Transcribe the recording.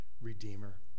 redeemer